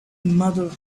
mother